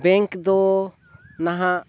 bank ᱫᱚ ᱱᱟᱦᱟᱜ